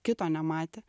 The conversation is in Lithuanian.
kito nematė